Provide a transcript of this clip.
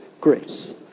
grace